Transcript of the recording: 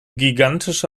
gigantische